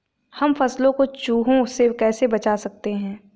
हम फसलों को चूहों से कैसे बचा सकते हैं?